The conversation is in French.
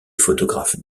photographes